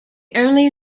only